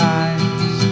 eyes